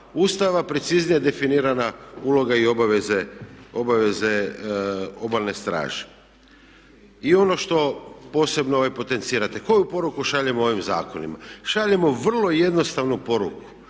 Ustava preciznije definirana uloga i obaveze Obalne straže. I ono što posebno potencirate. Koju poruku šaljemo ovim zakonima? Šaljemo vrlo jednostavnu poruku.